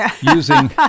using